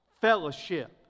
fellowship